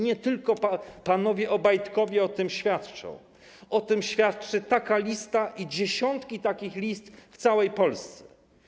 Nie tylko panowie Obajtkowie o tym świadczą, o tym świadczy taka lista i dziesiątki takich list w całej Polsce.